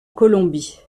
colombie